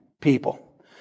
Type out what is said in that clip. people